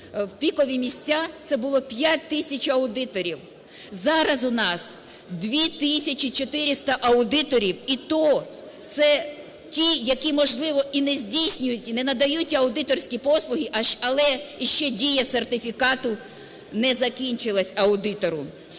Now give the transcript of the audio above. в пікові місця, це було 5 тисяч аудиторів. Зараз у нас 2 тисячі 400 аудиторів, і то це ті, які, можливо, і не здійснюють, і не надають аудиторські послуги, але іще дія сертифікату не закінчилась аудитора.